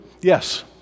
Yes